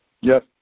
yes